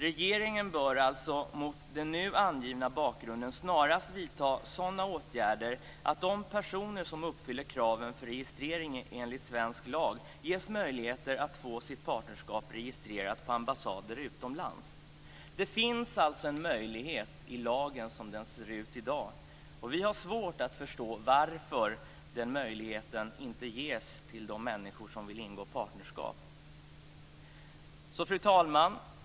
Regeringen bör alltså mot den nu angivna bakgrunden snarast vidta sådana åtgärder att de personer som uppfyller kraven för registrering enligt svensk lag ges möjligheter att få sitt partnerskap registrerat på ambassader utomlands. Det finns alltså en möjlighet i lagen som den ser ut i dag. Och vi har svårt att förstå varför den möjligheten inte ges till de människor som vill ingå partnerskap. Fru talman!